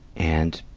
and,